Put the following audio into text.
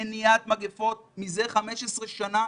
במניעת מגיפות מזה 15 שנה,